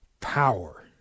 power